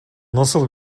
nasıl